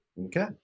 Okay